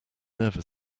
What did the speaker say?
never